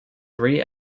three